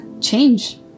change